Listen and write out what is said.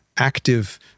active